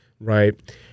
right